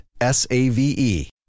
S-A-V-E